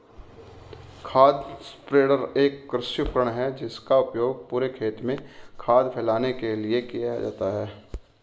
खाद स्प्रेडर एक कृषि उपकरण है जिसका उपयोग पूरे खेत में खाद फैलाने के लिए किया जाता है